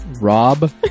Rob